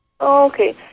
Okay